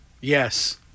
Yes